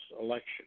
election